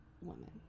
woman